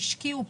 השקיעו,